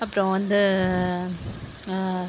அப்புறம் வந்து